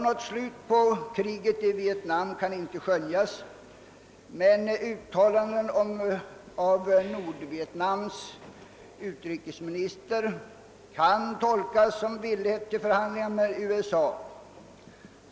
Något slut på kriget i Vietnam går inte att skönja, men uttalanden av Nordvietnams utrikesminister kan tolkas som villighet till förhandlingar med USA.